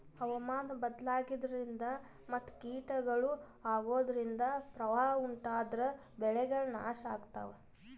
ಹವಾಮಾನ್ ಬದ್ಲಾಗದ್ರಿನ್ದ ಮತ್ ಕೀಟಗಳು ಅಗೋದ್ರಿಂದ ಪ್ರವಾಹ್ ಉಂಟಾದ್ರ ಬೆಳೆಗಳ್ ನಾಶ್ ಆಗ್ತಾವ